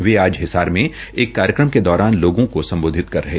वे आज हिसार में एक कार्यक्रम के दौरान लोगों को संबोधित कर रहे थे